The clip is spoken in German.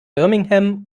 birmingham